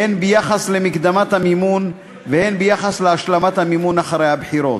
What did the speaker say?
הן ביחס למקדמת המימון והן ביחס להשלמת המימון אחרי הבחירות,